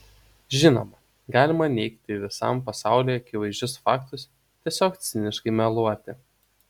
žinoma galima neigti visam pasauliui akivaizdžius faktus tiesiog ciniškai meluoti